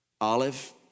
olive